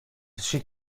she